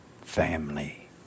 family